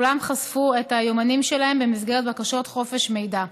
כולם חשפו את היומנים שלהם במסגרת בקשות חופש מידע.